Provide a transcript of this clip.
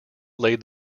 laid